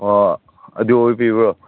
ꯍꯣ ꯑꯗꯨ ꯑꯣꯏꯕꯤꯕ꯭ꯔꯣ